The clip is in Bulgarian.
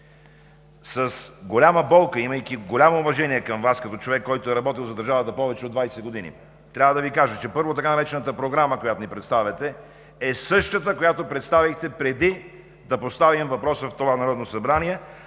с голяма болка, имайки голямо уважение към Вас като човек, който е работил за държавата повече от 20 години, трябва да Ви кажа, че, първо, така наречената Програма, която ни представяте, е същата, която представихте преди да поставим въпроса в това Народно събрание,